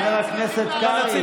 חבר הכנסת קרעי.